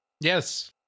Yes